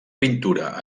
pintura